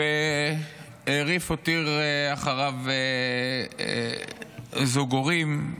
ריף הותיר אחריו זוג הורים,